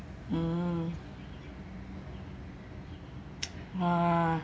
mm !wah!